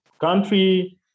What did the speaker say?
country